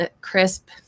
crisp